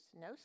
no